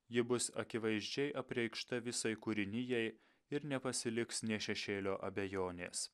ji bus akivaizdžiai apreikšta visai kūrinijai ir nepasiliks ne šešėlio abejonės